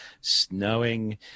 snowing